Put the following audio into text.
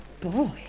boy